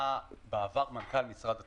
היה בעבר מנכ"ל משרד התקשורת.